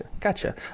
Gotcha